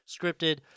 scripted